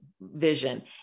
vision